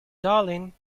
darling